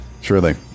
Surely